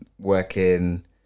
working